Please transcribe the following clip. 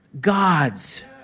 God's